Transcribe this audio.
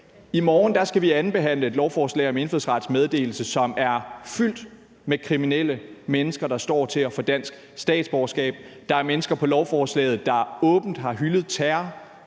I morgen skal vi andenbehandle et lovforslag om indfødsrets meddelelse, som er fyldt med kriminelle mennesker, der står til at få dansk statsborgerskab. Der er mennesker på lovforslaget, der åbent har hyldet terror.